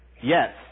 Yes